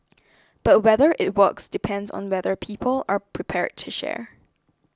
but whether it works depends on whether people are prepared to share